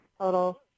total